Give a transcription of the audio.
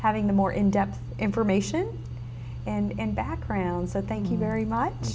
having a more in depth information and background said thank you very much